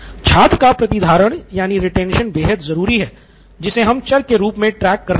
छात्र का प्रतिधारण यानि retention बेहद ज़रूरी है जिसे हम चर के रूप मे ट्रैक कर रहे हैं